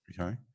Okay